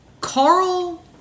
Carl